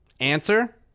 Answer